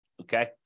okay